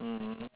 mm